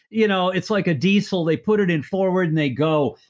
you know it's like a diesel. they put it in forward and they go.